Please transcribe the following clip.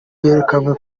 yerekanywe